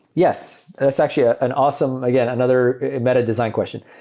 yes. it's actually ah an awesome again, another meta-design question.